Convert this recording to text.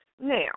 Now